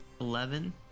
Eleven